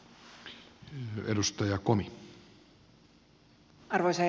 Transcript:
arvoisa herra puhemies